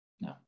No